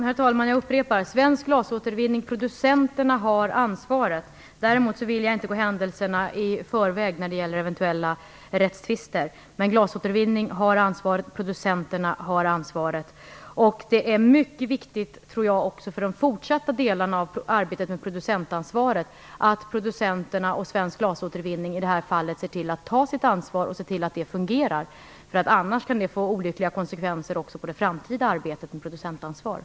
Herr talman! Jag upprepar: Svensk glasåtervinning, producenten, har ansvaret. Däremot vill jag inte gå händelserna i förväg när det gäller eventuella rättstvister. Men Glasåtervinning har ansvaret. Producenterna har ansvaret. Det är mycket viktigt för det fortsatta arbetet med producentansvaret att producenterna och Svensk glasåtervinning i det här fallet ser till att ta sitt ansvar och ser till att det fungerar. Annars kan detta få olyckliga konsekvenser också för det framtida arbetet med producentansvaret.